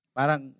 Parang